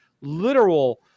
literal